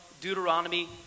Deuteronomy